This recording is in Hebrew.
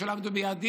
בגלל שלא עמדו ביעדים,